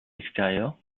extérieur